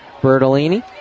Bertolini